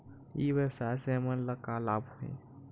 ई व्यवसाय से हमन ला का लाभ हे?